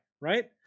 right